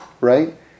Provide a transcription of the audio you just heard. right